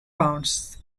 pounds